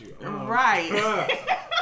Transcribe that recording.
right